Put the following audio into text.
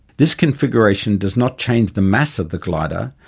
this configuration does not change the mass of the glider,